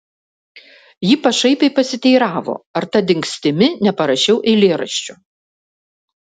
ji pašaipiai pasiteiravo ar ta dingstimi neparašiau eilėraščio